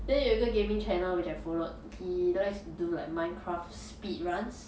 then 有一个 gaming channel which I followed he likes to do like minecraft speed runs